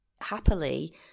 happily